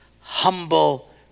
Humble